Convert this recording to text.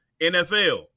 NFL